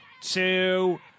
two